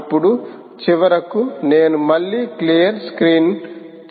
ఇప్పుడు చివరకు నేను మళ్ళీ క్లియర్ స్క్రీన్ చేస్తాను